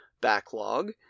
backlog